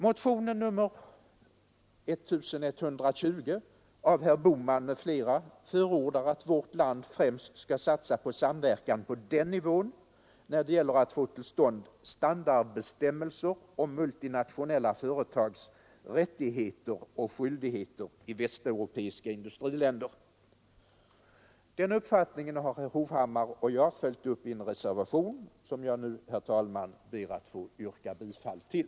Motionen 1120 av herr Bohman m.fl. förordar att vårt land främst skall satsa på samverkan på den nivån när det gäller att få till stånd standardbestämmelser om multinationella företags rättigheter och skyldigheter i västeuropeiska industriländer. Den uppfattningen har herr Hovhammar och jag följt upp i en reservation som jag nu, herr talman, ber att få yrka bifall till.